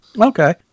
Okay